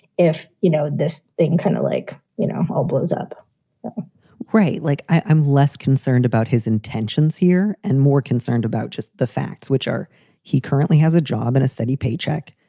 if you know, this thing kind of like, you know, all blows up right. like, i'm less concerned about his intentions here and more concerned about just the facts, which are he currently has a job and a steady paycheck.